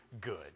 good